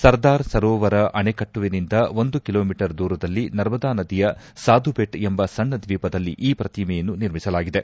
ಸರ್ದಾರ್ ಸರೋವರ ಅಣೆಕಟ್ಟುವಿನಿಂದ ಒಂದು kilometre ದೂರದಲ್ಲಿ ನರ್ಮದಾ ನದಿಯ ಸಾಧು ಬೆಟ್ ಎಂಬ ಸಣ್ಣ ದ್ವೀಪದಲ್ಲಿ ಈ ಪ್ರತಿಮೆಯನ್ನು ನಿರ್ಮಿಸಲಾಗಿದೆ